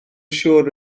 siŵr